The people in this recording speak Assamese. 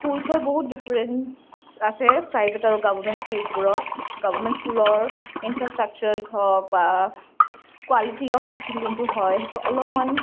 স্কুল্চৰ বহুত ডিফাৰেঞ্চ আছে প্ৰাইভেট আৰু গভৰ্মেণ্ট স্কুলবোৰত গভৰ্মেণ্ট স্কুলৰ ইনফ্ৰাষ্ট্ৰাকচাৰ হওঁক বা কোৱালিটী অফ টিচিং যিটো হয় সেইটো অলপমান